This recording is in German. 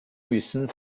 müssen